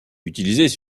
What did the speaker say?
utilisés